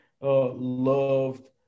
Loved